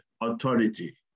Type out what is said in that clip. authority